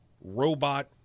robot